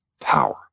power